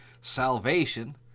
salvation